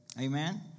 Amen